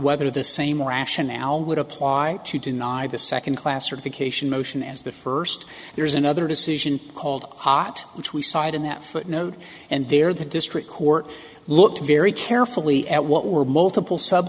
whether the same rationale would apply to deny the second classification motion as the first there is another decision called ott which we cited in that footnote and there the district court looked very carefully at what were multiple sub